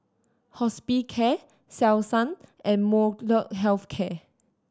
Hospicare Selsun and Molnylcke Health Care